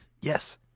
Yes